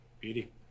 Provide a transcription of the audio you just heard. beauty